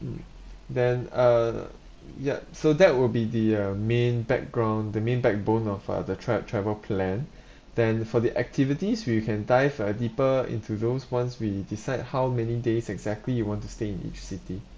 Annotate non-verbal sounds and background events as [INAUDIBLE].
mm then uh ya so that will be the uh main background the main backbone of uh the tra~ travel plan [BREATH] then for the activities you can dive uh deeper into those once we decide how many days exactly you want to stay in each city